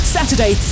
Saturday